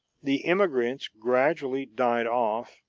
the emigrants gradually died off,